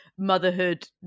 Motherhood